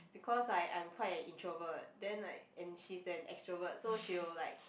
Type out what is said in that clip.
because like I'm quite an introvert then like and she's an extrovert so she will like